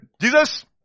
Jesus